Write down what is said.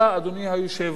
אדוני היושב-ראש,